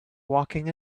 walking